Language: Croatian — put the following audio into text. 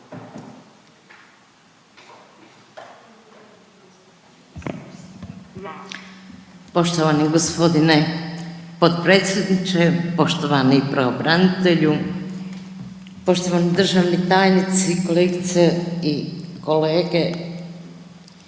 Poštovani g. potpredsjedniče, poštovani pravobranitelju, poštovani državni tajnici, kolegice i kolege.